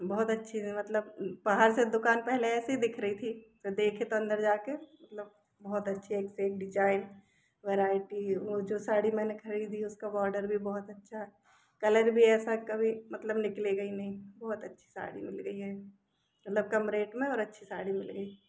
बहुत अच्छी थी मतलब बाहर से दुकान पहले ऐसी दिख रही थी तो देखे तो अंदर जा के लो बहुत अच्छी एक से एक डिजाइन वेराइटी वो जो साड़ी मैंने खरीदी उसका बोडर भी बहुत अच्छा कलर भी ऐसा कभी मतलब निकलेगा ही नहीं बहुत अच्छी साड़ी मिल गई है मतलब कम रेट में और अच्छी साड़ी मिल गई